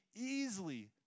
easily